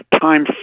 time